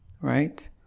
right